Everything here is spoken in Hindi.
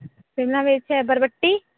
शिमला मिर्च है बरबट्टी